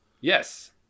Yes